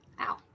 Ow